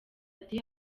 ati